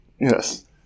Yes